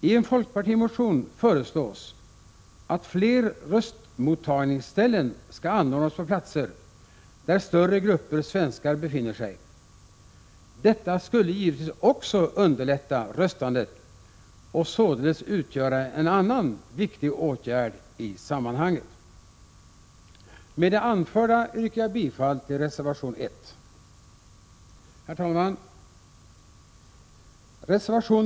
Ien folkpartimotion föreslås att fler röstmottagningsställen skall anordnas på platser där större grupper svenskar befinner sig. Detta skulle givetvis också underlätta röstandet och således utgöra en annan viktig åtgärd i sammanhanget. Med det anförda yrkar jag bifall till reservation 1. Herr talman!